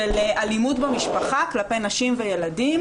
של אלימות במשפחה כלפי נשים וילדים